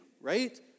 right